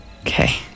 Okay